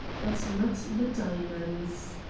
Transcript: but not the diamonds.